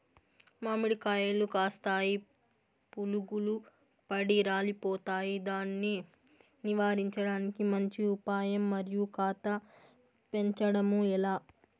మామిడి కాయలు కాస్తాయి పులుగులు పడి రాలిపోతాయి దాన్ని నివారించడానికి మంచి ఉపాయం మరియు కాత పెంచడము ఏలా?